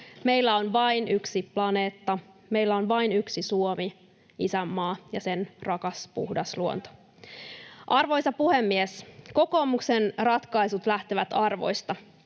Meillä on vain yksi planeetta, meillä on vain yksi Suomi, isänmaa, ja sen rakas puhdas luonto. [Välihuuto vasemmalta] Arvoisa puhemies! Kokoomuksen ratkaisut lähtevät arvoista.